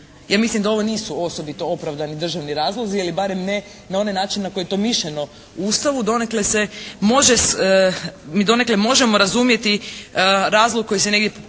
Ja mislim da ovo nisu osobito opravdani državni razlozi ili barem ne na onaj način na koji je to mišljeno u Ustavu. Donekle se može, mi donekle možemo razumjeti razlog koji se negdje posredno